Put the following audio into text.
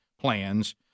plans